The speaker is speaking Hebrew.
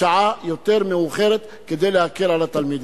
בשעה יותר מאוחרת כדי להקל על התלמידים.